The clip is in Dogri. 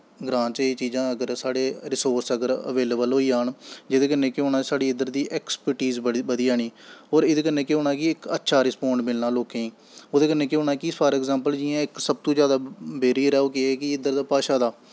ग्रांऽ च अगर साढ़े एह् चीज़ां रिसोर्स अगर अवेलेवल होई जान जेह्दे कन्नै केह् होना साढ़े इद्धर अस्पर्टीस बधी जानी होर एह्दे कन्नै केह् होना कि अच्छा रिसपांड़ मिलना लोके गी ओह्दे कन्नै केह् होना कि फॉर अग़्ज़ैंपल इक बेरियर ऐ कि भाशा दा